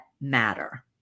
matter